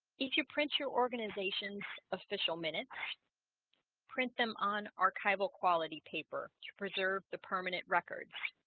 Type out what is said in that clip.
if you print your organization's official minutes print them on archival quality paper to preserve the permanent record